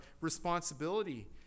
responsibility